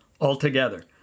altogether